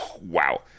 wow